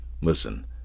Listen